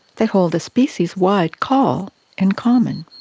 they hold a species-wide call in common,